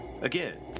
Again